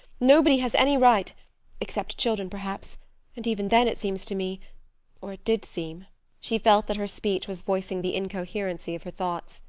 nobody has any right except children, perhaps and even then, it seems to me or it did seem she felt that her speech was voicing the incoherency of her thoughts,